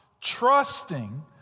trusting